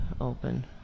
open